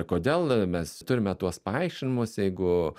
kodėl mes turime tuos paaiškinimus jeigu